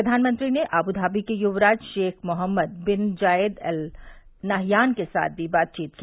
प्रधानमंत्री ने अबूधाबी के युवराज Sheikh Mohammed bin Zayed Al Nahyan के साथ भी बातचीत की